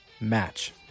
match